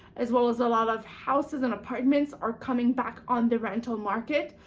as well as a lot of houses, and apartments are coming back on the rental market,